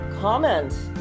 comment